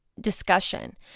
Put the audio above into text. discussion